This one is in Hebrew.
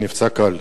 פצוע קל,